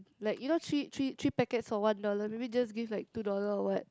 like you know three three three packets for one dollar maybe just give like two dollar or what